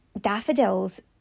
daffodils